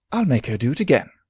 i'll make her do it again!